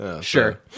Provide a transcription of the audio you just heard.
sure